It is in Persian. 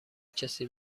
کسی